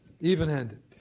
Even-handed